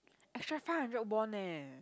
extra five hundred won leh